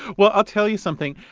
well, i'll tell you something.